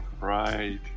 Right